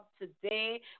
today